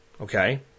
okay